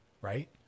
right